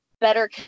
better